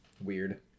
weird